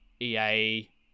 EA